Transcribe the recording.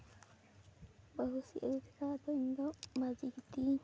ᱵᱟᱹᱦᱩᱭ ᱥᱤᱫ ᱟᱹᱜᱩ ᱠᱮᱫᱟ ᱟᱫᱚ ᱤᱧ ᱫᱚᱧ ᱵᱷᱟᱹᱡᱤ ᱠᱤᱫᱤᱧ